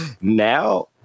now